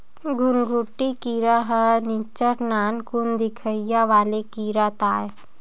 घुनघुटी कीरा ह निच्चट नानकुन दिखइया वाले कीरा ताय